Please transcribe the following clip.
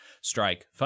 strike